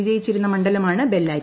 വിജയിച്ചിരുന്ന മണ്ഡലമാണ് ബെല്ലാരി